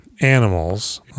Animals